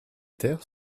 terres